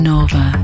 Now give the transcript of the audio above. Nova